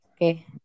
Okay